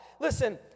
Listen